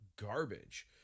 garbage